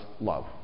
love